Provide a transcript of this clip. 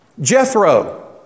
Jethro